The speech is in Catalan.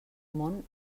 món